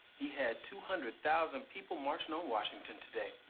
he had two hundred thousand people marching on washington today.